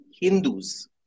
Hindus